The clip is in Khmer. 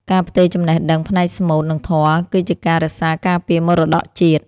ការផ្ទេរចំណេះដឹងផ្នែកស្មូត និងធម៌ គឺជាការរក្សាការពារមរតកជាតិ។